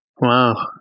Wow